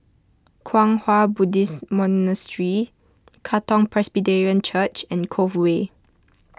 Kwang Hua Buddhist Monastery Katong Presbyterian Church and Cove Way